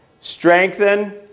strengthen